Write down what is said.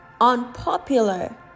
unpopular